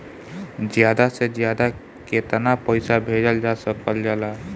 ज्यादा से ज्यादा केताना पैसा भेजल जा सकल जाला?